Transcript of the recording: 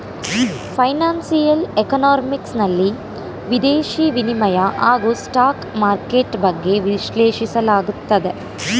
financial economics ನಲ್ಲಿ ವಿದೇಶಿ ವಿನಿಮಯ ಹಾಗೂ ಸ್ಟಾಕ್ ಮಾರ್ಕೆಟ್ ಬಗ್ಗೆ ವಿಶ್ಲೇಷಿಸಲಾಗುತ್ತದೆ